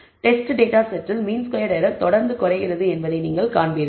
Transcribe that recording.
test data செட்டில் mean squared error தொடர்ந்து குறைகிறது என்பதை நீங்கள் காண்பீர்கள்